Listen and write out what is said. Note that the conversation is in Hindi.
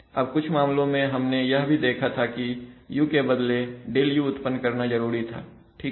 अब कुछ मामलों में हमने यह भी देखा था कि u के बदले Δu उत्पन्न करना जरूरी थाठीक है